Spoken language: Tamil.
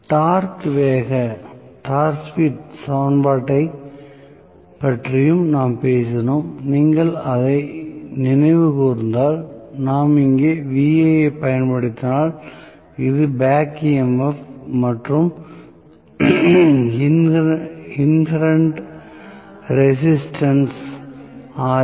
டார்க் வேக சமன்பாட்டைப் பற்றியும் நாம் பேசினோம் நீங்கள் அதை நினைவு கூர்ந்தால் நாம் இங்கே Va ஐப் பயன்படுத்தினால் இது பேக் EMF மற்றும் இன்ஹேரண்ட் ரெசிஸ்டன்ஸ் Ra